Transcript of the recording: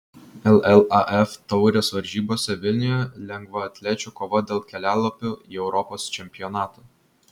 llaf taurės varžybose vilniuje lengvaatlečių kova dėl kelialapių į europos čempionatą